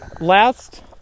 Last